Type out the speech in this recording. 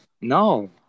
No